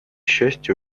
счастье